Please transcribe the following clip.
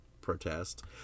protest